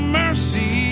mercy